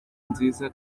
nziza